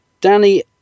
Danny